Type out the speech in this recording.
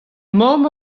mamm